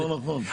זה לא נכון.